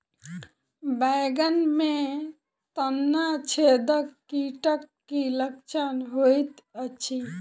बैंगन मे तना छेदक कीटक की लक्षण होइत अछि?